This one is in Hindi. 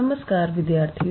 नमस्कार विद्यार्थियों